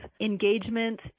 engagement